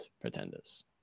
pretenders